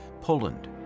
Poland